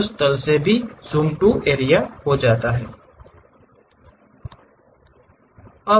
उस तल से भी ज़ूम टू एरिया जैसे ज़ूम होते हैं